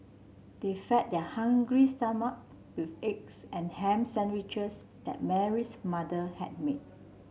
they fed their hungry stomach with eggs and ham sandwiches that Mary's mother had made